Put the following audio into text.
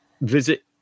visit